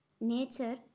Nature